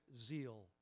zeal